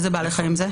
איזה בעלי חיים זה?